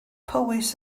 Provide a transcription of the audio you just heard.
powys